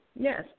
Yes